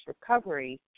recovery